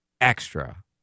extra